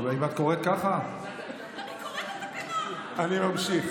אבל אם את קוראת ככה, אני ממשיך.